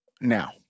Now